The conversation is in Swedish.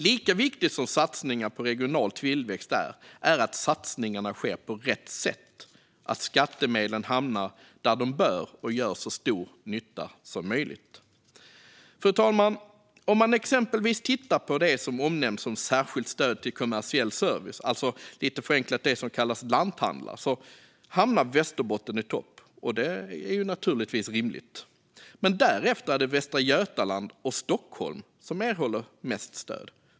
Lika viktigt som det är med satsningar på regional tillväxt är det att satsningarna sker på rätt sätt. Skattemedlen måste hamna där de bör och gör så stor nytta som möjligt. Fru talman! Om man exempelvis tittar på det som omnämns som särskilt stöd till kommersiell service, alltså lite förenklat det som kallas för lanthandlare, hamnar Västerbotten i topp. Det är naturligtvis rimligt. Men därefter erhåller Västra Götaland och Stockholm mest stöd.